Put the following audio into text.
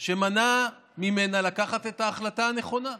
שמנע ממנה לקחת את ההחלטה הנכונה.